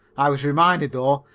i was reminded, though,